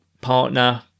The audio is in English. partner